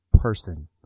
person